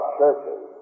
churches